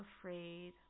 afraid